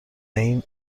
این